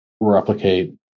replicate